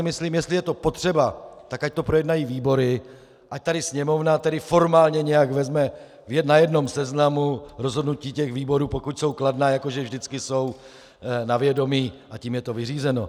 Myslím si, jestli je to potřeba, tak ať to projednají výbory, ať tady Sněmovna nějak formálně vezme na jednom seznamu rozhodnutí těch výborů, pokud jsou kladná, jako že vždycky jsou, na vědomí, a tím je to vyřízeno.